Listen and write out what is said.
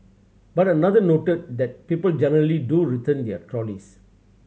but another noted that people generally do return their trays